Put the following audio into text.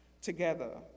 together